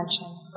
mention